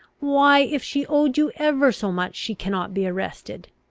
why, if she owed you ever so much, she cannot be arrested.